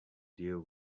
deal